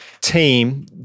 team